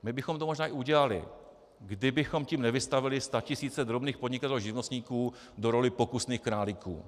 My bychom to možná i udělali, kdybychom tím nevystavili statisíce drobných podnikatelů a živnostníků do role pokusných králíků.